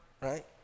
right